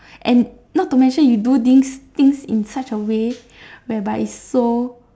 and not to mention you do things things in such a way whereby is so